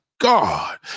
God